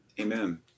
Amen